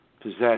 possess